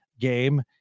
game